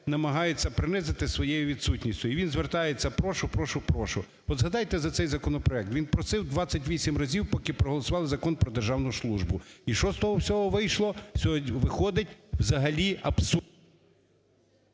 намагаються принизити своєю відсутністю і він звертається: прошу, прошу, прошу. От, згадайте за цей законопроект, він просив 28 разів поки проголосували Закон про державну службу. І що з того всього вийшло? Виходить взагалі абсурд.